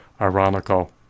ironical